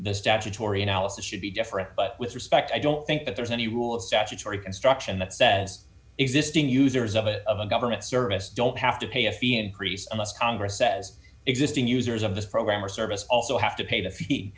the statutory analysis should be different but with respect i don't think that there's any rule of statutory construction that says existing users of it of a government service don't have to pay a fee increase in us congress says existing users of this program or service also have to pay the fee